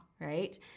right